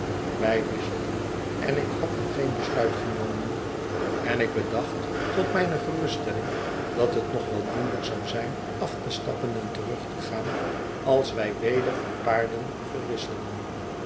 wij wisselden en ik had nog geen besluit genomen en ik bedacht tot mijne geruststelling dat het nog wel doenlijk zou zijn af te stappen en terugte gaan als wij weder van paarden verwisselden